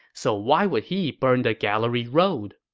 so why would he burn the gallery road?